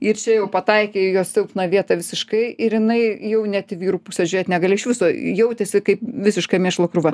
ir čia jau pataikė į jos silpną vietą visiškai ir jinai jau net į vyrų pusę žėt negali iš viso jautėsi kaip visiška mėšlo krūva